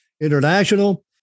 International